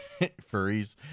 furries